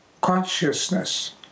consciousness